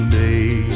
day